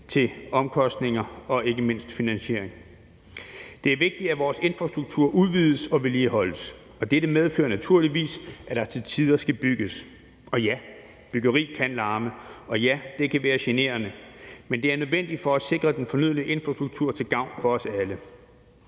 til omkostninger og ikke mindst finansiering. Det er vigtigt, at vores infrastruktur udvides og vedligeholdes, og dette medfører naturligvis, at der til tider skal bygges – og ja, byggeri kan larme, og ja, det kan være generende, men det er nødvendigt for at sikre den fornødne infrastruktur til gavn for os alle.